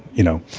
you know,